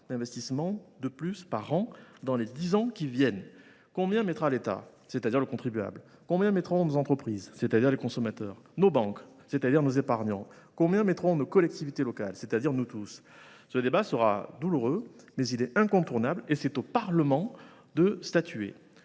d’investissement chaque année pour les dix ans à venir. Combien mettra l’État, c’est à dire le contribuable ? Combien mettront nos entreprises, c’est à dire les consommateurs ? Combien mettront nos banques, c’est à dire nos épargnants ? Combien mettront nos collectivités locales, c’est à dire nous tous ? Ce débat sera douloureux, mais il est incontournable, et c’est au Parlement de statuer.